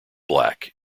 black